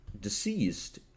deceased